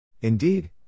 Indeed